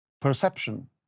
perception